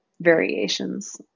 variations